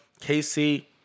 KC